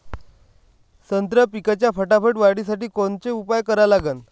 संत्रा पिकाच्या फटाफट वाढीसाठी कोनचे उपाव करा लागन?